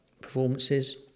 performances